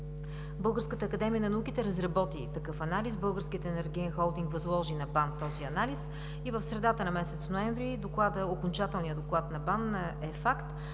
Българската академия на науките разработи такъв анализ, Българският енергиен холдинг възложи на БАН този анализ и в средата на месец ноември окончателният доклад на БАН е факт.